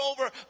over